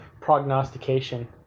prognostication